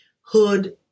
hood